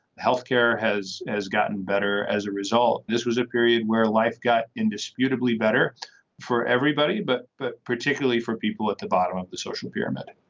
health care has has gotten better as a result. this was a period where life got indisputably better for everybody but but particularly for people at the bottom of the social pyramid